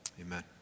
Amen